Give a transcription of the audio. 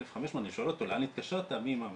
1,500. אני שואל אותו 'לאן התקשרת' הוא אמר